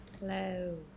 Hello